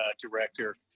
director